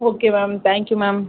okay ma'am thank ma'am ma'am